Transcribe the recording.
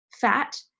fat